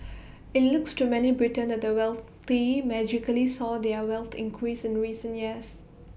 IT looks to many Britons that the wealthy magically saw their wealth increase in recent years